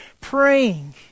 praying